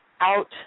out